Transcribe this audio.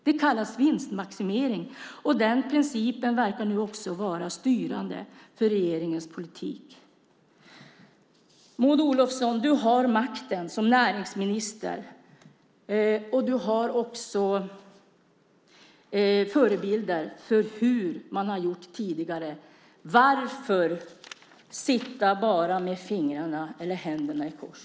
Det kallas vinstmaximering, och den principen verkar nu också vara styrande för regeringens politik. Maud Olofsson! Du har makten som näringsminister, och du har också förebilder och kan se hur man har gjort tidigare. Varför bara sitta med händerna i kors?